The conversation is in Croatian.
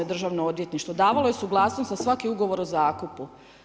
Državno odvjetništvo, davalo je suglasnost o svakom ugovor o zakupu.